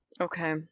Okay